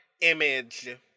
image